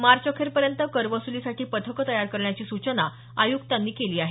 मार्च अखेरपर्यंत करवसुलीसाठी पथकं तयार करण्याची सूचना आयुक्तांनी केली आहे